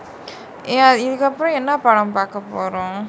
ya இதுகப்ரோ என்னா படம் பாக்க போரோ:ithukapro ennaa padam paaka poro